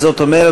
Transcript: זאת אומרת,